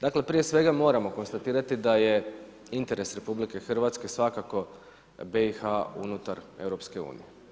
Dakle, prije svega moramo konstatirati da je interes RH svakako BIH unutar EU.